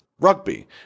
rugby